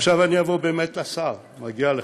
עכשיו אגיע באמת לשר, מגיע לך,